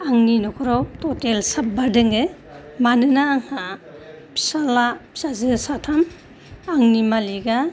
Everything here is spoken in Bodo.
आंनि न'खराव ट'टेल साबा दङ मानोना आंहा फिसाज्ला फिसाजो साथाम आंनि मालिगा